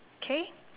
okay